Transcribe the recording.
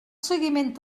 seguiment